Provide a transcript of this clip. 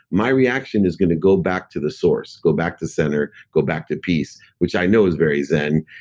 my reaction is going to go back to the source. go back to center, go back to peace which i know is very zen.